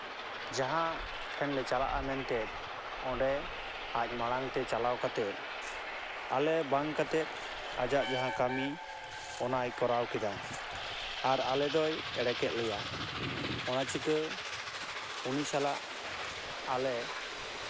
ᱡᱟᱦᱟᱸ ᱴᱷᱮᱱ ᱞᱮ ᱪᱟᱞᱟᱜᱼᱟ ᱢᱮᱱᱛᱮ ᱚᱸᱰᱮ ᱟᱡ ᱢᱟᱲᱟᱝ ᱛᱮ ᱪᱟᱞᱟᱣ ᱠᱟᱛᱮ ᱟᱞᱮ ᱵᱟᱝ ᱠᱟᱛᱮ ᱟᱡᱟᱜ ᱡᱟᱦᱟᱸ ᱠᱟᱹᱢᱤ ᱚᱱᱟᱭ ᱠᱚᱨᱟᱣ ᱠᱮᱫᱟ ᱟᱨ ᱟᱞᱮ ᱫᱚᱭ ᱮᱲᱮ ᱠᱮᱫ ᱞᱮᱭᱟ ᱚᱱᱟ ᱪᱤᱠᱤ ᱩᱱᱤ ᱥᱟᱞᱟᱜ ᱟᱞᱮ